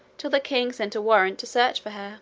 till the king sent a warrant to search for her